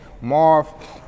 Marv